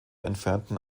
entfernten